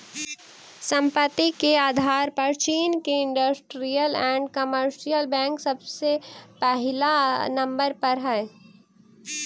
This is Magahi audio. संपत्ति के आधार पर चीन के इन्डस्ट्रीअल एण्ड कमर्शियल बैंक सबसे पहिला नंबर पर हई